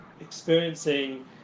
experiencing